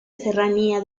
serranía